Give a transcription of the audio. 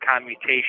commutation